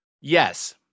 Yes